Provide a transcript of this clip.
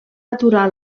aturar